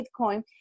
Bitcoin